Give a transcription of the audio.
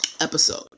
episode